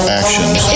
actions